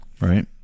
right